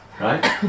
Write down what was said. Right